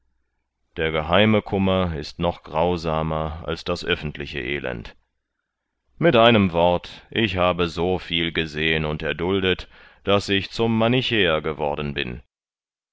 der geheime kummer ist noch grausamer als das öffentliche elend mit einem wort ich habe so viel gesehen und erduldet daß ich zum manichäer geworden bin